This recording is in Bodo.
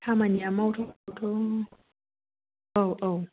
खामानिआ मावथावआथ' औ औ